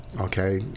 okay